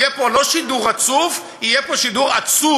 יהיה פה לא שידור רצוף, יהיה פה שידור עצוב.